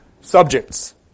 subjects